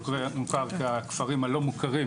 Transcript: מה שמוכר גם ככפרים הלא מוכרים,